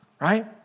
right